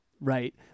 right